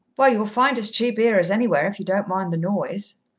well, you'll find as cheap here as anywhere, if you don't mind the noise.